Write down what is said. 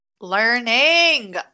Learning